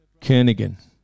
Kernigan